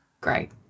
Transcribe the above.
Great